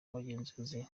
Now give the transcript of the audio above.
abagenzuzi